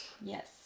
Yes